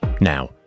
Now